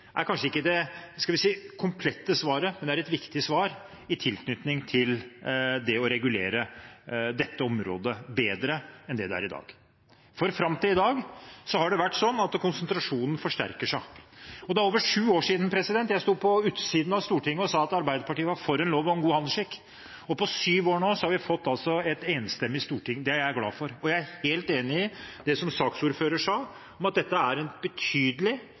handelsskikk kanskje ikke er det – skal vi si – komplette svaret, men et viktig svar i tilknytning til det å regulere dette området bedre enn det det er i dag. Fram til i dag har konsentrasjonen forsterket seg. Det er over sju år siden jeg sto utenfor Stortinget og sa at Arbeiderpartiet var for en lov om god handelsskikk. Etter sju år har vi nå fått et enstemmig storting. Det er jeg glad for, og jeg er helt enig i det som saksordføreren sa om at dette er et betydelig signal og en betydelig